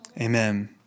Amen